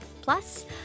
Plus